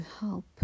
help